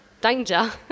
danger